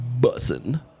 bussin